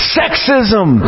sexism